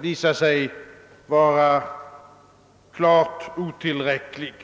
visat sig vara helt otillräcklig.